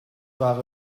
war